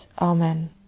Amen